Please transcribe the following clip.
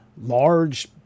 large